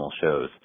Shows